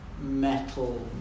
Metal